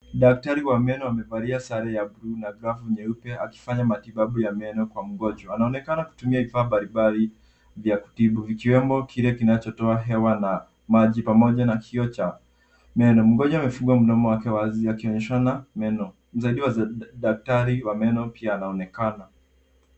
Daktari wa meno amevalia sare ya blue , na glavu nyeupe akifanya matibabu ya meno kwa mgonjwa, anaonekana kutumia vifaa mbalimbali vya kutibu, vikiwemo kile kinachotoa, hewa na maji pamoja na kioo cha meno. Mgojnwa amefungua mdomo wake wazi akionyeshana meno. Mzaidiwa wa daktari wa meno pia anaonekana.